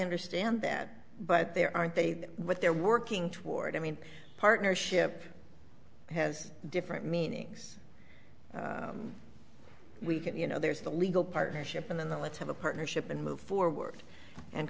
understand that but there aren't they what they're working toward i mean partnership has different meanings we can you know there's the legal partnership and then the let's have a partnership and move forward and